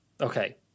Okay